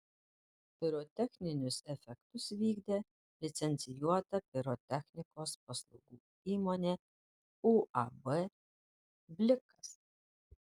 pirotechninius efektus vykdė licencijuota pirotechnikos paslaugų įmonė uab blikas